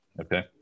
okay